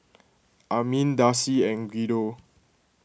Armin Darcy and Guido